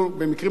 במקרים רבים,